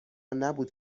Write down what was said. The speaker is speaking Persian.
نبود